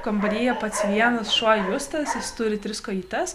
kambaryje pats vienas šuo justas jis turi tris kojytes